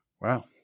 Wow